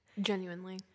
Genuinely